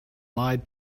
lied